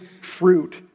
fruit